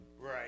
Right